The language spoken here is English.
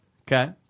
okay